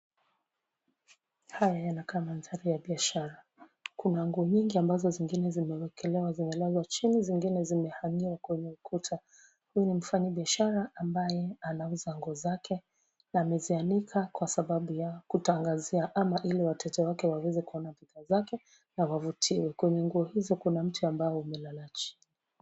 Haya yanakaa mandhari za biashara. Kuna nguo nyingi, ambazo zengine zimewekelewa, zimelazwa chini, zengine zimehang'iwa kwenye ukuta. Huyu ni mfanyibiashara ambaye anauza nguo zake, na amezianika kwa sababu ya kutangazia, ama, ili wateja waweze kuona nguo zake na wavutiwe. Kwenye nguo hizo, kuna mti ambao umelala chini.